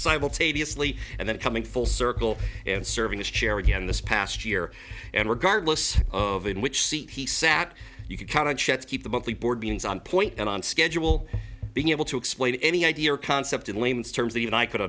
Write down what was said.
simultaneously and then coming full circle and serving as chair again this past year and regardless of in which seat he sat you can count on shots keep the monthly board meetings on point and on schedule being able to explain any idea or concept in layman's terms that